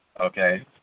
Okay